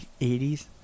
80s